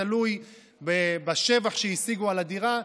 תלוי בשבח שהשיגו על הדירה.